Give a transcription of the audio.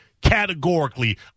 categorically